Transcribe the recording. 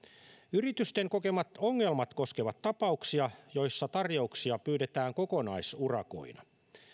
yritysten kokemat ongelmat koskevat tapauksia joissa tarjouksia pyydetään kokonaisurakoina